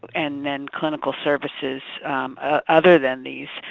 and then clinical services other than these.